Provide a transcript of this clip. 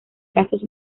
casos